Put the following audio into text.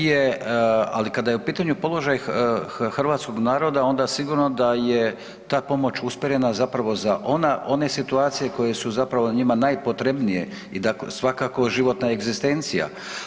Ovdje, ali kada je u pitanju položaj hrvatskog naroda onda sigurno da je ta pomoć usmjerena zapravo za one situacije koje su zapravo njima najpotrebnije i da svakako životna egzistencija.